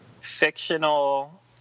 fictional